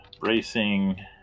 Racing